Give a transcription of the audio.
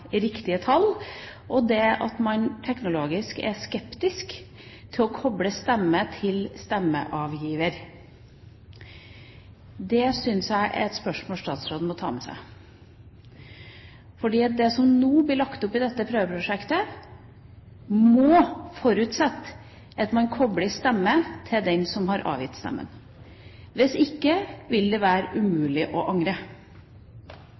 riktige tall, og det at man teknologisk er skeptisk til å koble stemme til stemmegiver. Det syns jeg er et spørsmål statsråden må ta med seg. Det som det nå blir lagt opp til i dette prøveprosjektet, må forutsette at man kobler en stemme til den som har avgitt stemmen. Hvis ikke vil det være umulig å angre.